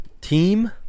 team